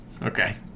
Okay